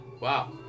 Wow